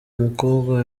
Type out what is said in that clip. umukobwa